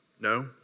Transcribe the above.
No